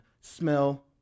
smell